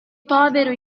povero